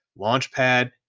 Launchpad